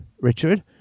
Richard